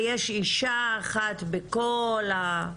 יש אישה אחת בכל ---?